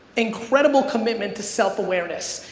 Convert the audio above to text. incredible commitment to self-awareness.